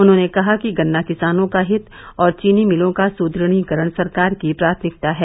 उन्होंने कहा कि गन्ना किसानो का हित और चीनी मिलों का सुदुढ़ीकरण सरकार की प्राथमिकता है